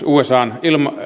usan